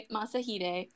Masahide